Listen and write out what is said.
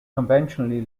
conventionally